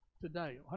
today